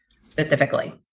specifically